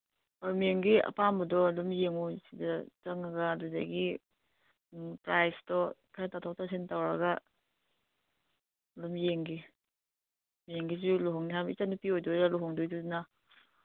ꯑ ꯃꯦꯝꯒꯤ ꯑꯄꯥꯝꯕꯗꯨ ꯑꯗꯨꯝ ꯌꯦꯡꯉꯣ ꯁꯤꯗ ꯆꯪꯉꯒ ꯑꯗꯨꯗꯒꯤ ꯄ꯭ꯔꯥꯏꯁꯇꯣ ꯈꯔ ꯇꯥꯊꯣꯛ ꯇꯥꯁꯤꯟ ꯇꯧꯔꯒ ꯑꯗꯨꯝ ꯌꯦꯡꯒꯦ ꯃꯦꯝꯒꯤꯁꯨ ꯂꯨꯍꯣꯡꯅꯩ ꯍꯥꯏꯕꯅꯤ ꯏꯆꯟ ꯅꯨꯄꯤ ꯑꯣꯏꯗꯣꯏꯔꯥ ꯂꯨꯍꯣꯡꯗꯣꯏꯗꯨꯅ